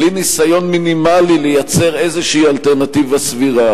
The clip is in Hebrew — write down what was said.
בלי ניסיון מינימלי לייצר איזו אלטרנטיבה סבירה.